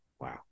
Wow